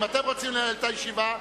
אם אתם רוצים לנהל את הישיבה,